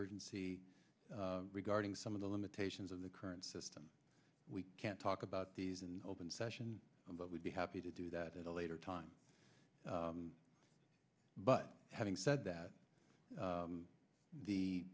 urgency regarding some of the limitations of the current system we can't talk about these in open session but we'd be happy to do that at a later time but having said that the the